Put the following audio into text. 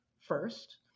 first